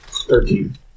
Thirteen